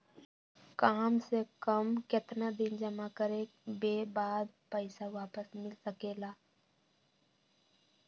काम से कम केतना दिन जमा करें बे बाद पैसा वापस मिल सकेला?